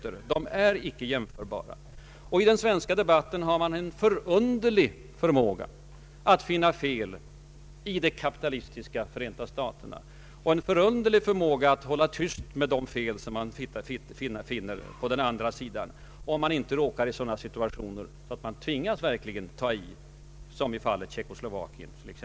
Men de är icke jämförbara, I den svenska debatten har man en förunderlig förmåga att finna fel i det kapitalistiska Förenta staterna och en förunderlig förmåga att hålla tyst med de brister som finns på den andra sidan, såvida man inte råkar i en sådan situation att man tvingas ta klar ställning, som exempelvis vid Tjeckoslovakienkrisen.